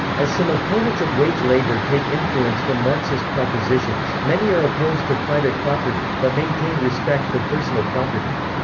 as some opponents of wage labour take influence from marxist propositions, many are opposed to private property, but maintain respect for personal property.